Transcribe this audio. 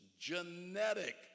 genetic